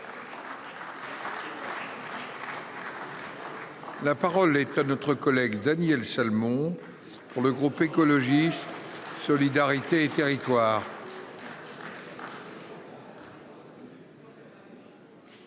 La parole est à M. Daniel Salmon, pour le groupe Écologiste - Solidarité et Territoires.